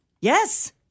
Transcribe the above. Yes